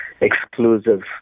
exclusive